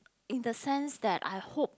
in the sense that I hope